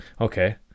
okay